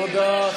תודה.